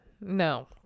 No